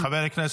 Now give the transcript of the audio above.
תודה רבה.